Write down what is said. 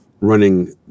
running